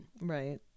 Right